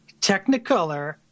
Technicolor